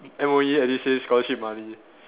M_O_E edusave scholarship money